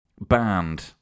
Banned